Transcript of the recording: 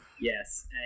Yes